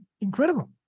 incredible